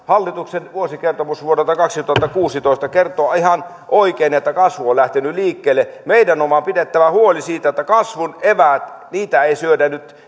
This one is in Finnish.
hallituksen vuosikertomus vuodelta kaksituhattakuusitoista kertoo ihan oikein että kasvu on lähtenyt liikkeelle meidän on vain pidettävä huoli siitä että kasvun eväitä ei syödä nyt